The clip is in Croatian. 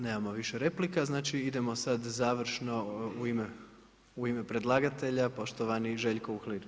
Nemamo više replika, znači idemo sada završno u ime predlagatelja poštovani Željko Uhlir.